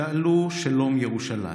שאלו שלום ירושלם,